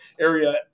area